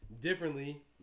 differently